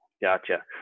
gotcha